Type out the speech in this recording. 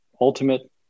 ultimate